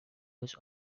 was